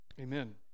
Amen